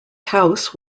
house